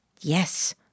Yes